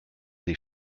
des